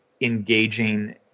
engaging